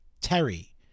Terry